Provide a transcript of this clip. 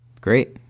Great